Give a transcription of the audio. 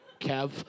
Kev